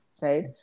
right